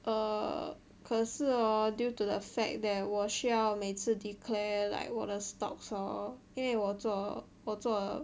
err 可是 hor due to the fact that 我需要每次 declare like 我的 stocks hor 因为我做我做